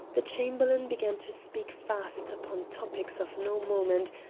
the chamberlain began to speak fast upon topics of no moment,